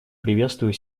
приветствую